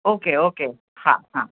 okay okay हां हां